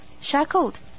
shackled